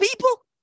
people